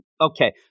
okay